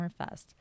Summerfest